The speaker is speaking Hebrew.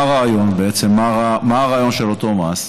מה הרעיון של אותו מס?